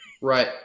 Right